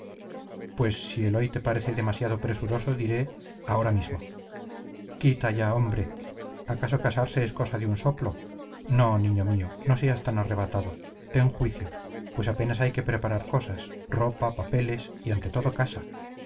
pues si el hoy te parece demasiado presuroso diré ahora mismo quita allá hombre acaso el casarse es cosa de un soplo no niño mío no seas tan arrebatado ten juicio pues apenas hay que preparar cosas ropa papeles y ante todo casa